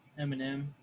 Eminem